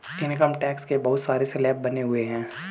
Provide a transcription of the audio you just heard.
income tax के बहुत सारे स्लैब बने हुए हैं